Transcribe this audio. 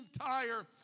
entire